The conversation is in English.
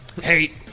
hate